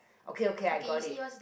okay okay I got it